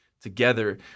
together